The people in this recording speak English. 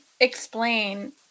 explain